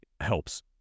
helps